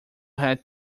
had